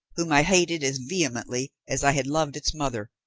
whom i hated as vehemently as i had loved its mother,